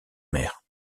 mère